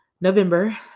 November